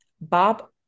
Bob